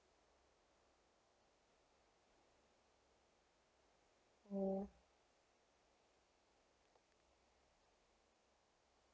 mm